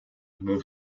mon